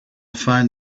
phone